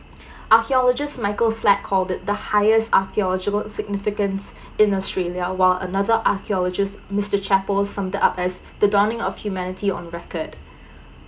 archaeologist michael french called it the highest archaeological significance in australia while another archaeologist mister chaple summed it up as the dawning of humanity on record